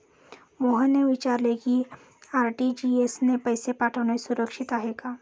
मोहनने विचारले की आर.टी.जी.एस ने पैसे पाठवणे सुरक्षित आहे का?